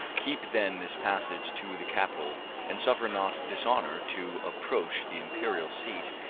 keep then this passage to the capitol and suffer not dishonour to approach the imperial seat,